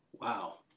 Wow